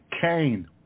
Cain